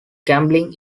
gambling